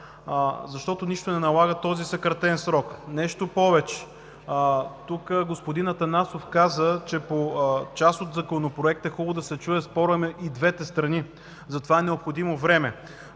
защото нищо не налага този съкратен срок. Нещо повече, тук господин Атанасов каза, че по част от Законопроекта е хубаво да се чуе спорът и на двете страни. За това е необходимо време.